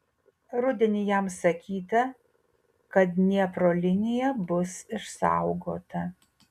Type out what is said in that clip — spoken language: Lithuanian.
rudenį jam sakyta kad dniepro linija bus išsaugota